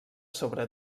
sobre